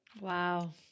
Wow